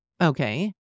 Okay